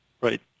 Right